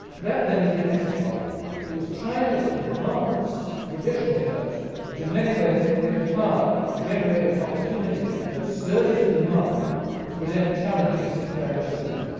that then is the essence ah of it it was china's advance in traditional terms which in many ways made it hard to generate those opportunities, those surges of demand which present challenges to ambitious men.